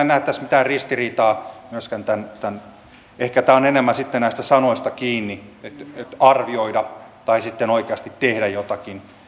näe tässä mitään ristiriitaa myöskään ehkä tämä on enemmän sitten näistä sanoista kiinni eli arvioida tai sitten oikeasti tehdä jotakin